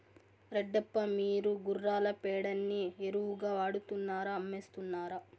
రెడ్డప్ప, మీరు గుర్రాల పేడని ఎరువుగా వాడుతున్నారా అమ్మేస్తున్నారా